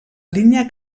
línia